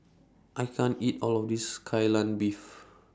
I can't eat All of This Kai Lan Beef